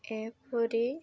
ଏପରି